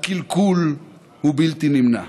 הקלקול הוא בלתי נמנע.